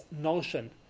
notion